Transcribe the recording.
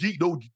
no